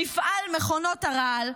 מפעל מכונות הרעל,